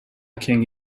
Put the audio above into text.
king